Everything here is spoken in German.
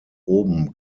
oben